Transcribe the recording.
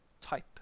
type